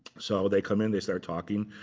so they come in. they start talking,